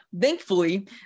thankfully